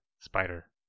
Spider